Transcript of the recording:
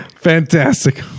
fantastic